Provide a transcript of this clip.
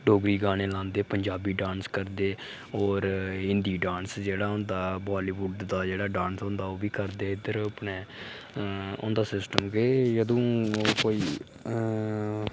डोगरी गाने लांदे पंजाबी डांस करदे होर हिंदी डांस जेहड़ा होन्दा बॉलीवुड दा डांस होन्दा ओह् बी करदे इद्धर अपने उं'दा सिस्टम के जदूं ओह् कोई अ